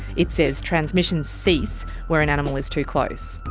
it says transmissions cease where an animal is too close.